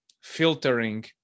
filtering